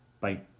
Bye